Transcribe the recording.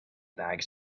bags